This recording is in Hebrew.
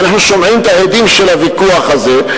ואנחנו שומעים את ההדים של הוויכוח הזה.